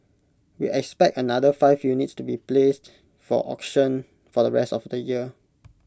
we expect another five units to be placed for auction for the rest of the year